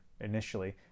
initially